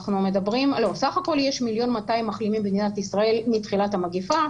סך הכול יש 1.2 מיליון מחלימים בישראל מתחילת המגפה.